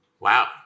Wow